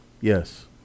Yes